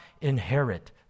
inherit